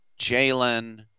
Jalen